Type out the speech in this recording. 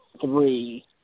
three